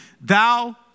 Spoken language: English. thou